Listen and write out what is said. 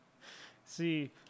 See